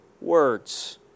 words